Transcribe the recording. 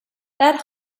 that